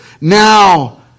now